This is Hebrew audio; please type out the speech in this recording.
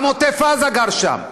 גם עוטף עזה גר שם,